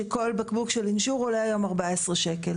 שכל בקבוק של אינשור עולה היום 14 שקל.